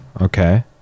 okay